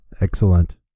Excellent